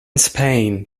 spain